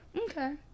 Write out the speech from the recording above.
Okay